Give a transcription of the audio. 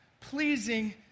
pleasing